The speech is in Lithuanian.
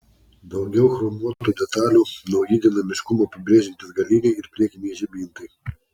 daugiau chromuotų detalių nauji dinamiškumą pabrėžiantys galiniai ir priekiniai žibintai